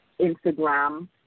Instagram